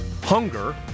Hunger